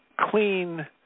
clean